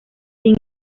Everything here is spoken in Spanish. sin